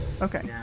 Okay